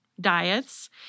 diets